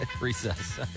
Recess